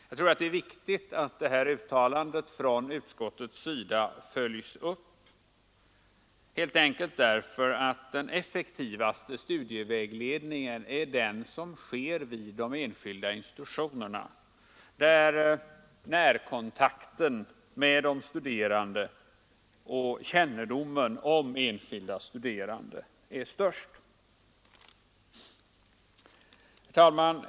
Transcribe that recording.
Jag tror att det är viktigt att detta uttalande från utskottets sida följs upp, helt enkelt därför att den effektivaste studievägledningen är den som sker vid de enskilda institutionerna, där närkontakten med de studerande och kännedomen om de studerande är störst. Herr talman!